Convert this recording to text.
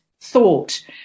thought